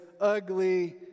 ugly